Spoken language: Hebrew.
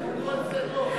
אם כל זה טוב למה,